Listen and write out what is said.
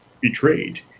betrayed